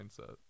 mindset